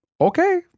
Okay